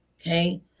Okay